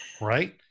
Right